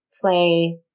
Play